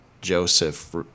Joseph